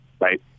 right